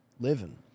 living